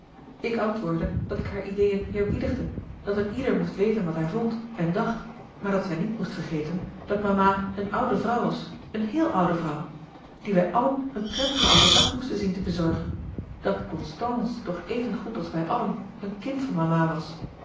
ik antwoordde dat ik haar ideeën eerbiedigde dat een ieder moest weten wat hij vond en dacht maar dat zij niet moest vergeten dat mama een oude vrouw was een heel oude vrouw die wij allen een prettigen ouden dag moesten zien te bezorgen dat constance toch even goed als wij allen een kind van mama was